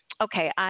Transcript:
okay